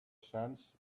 sands